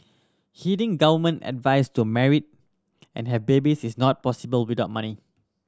heeding government advice to married and have babies is not possible without money